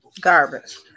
Garbage